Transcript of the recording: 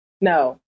No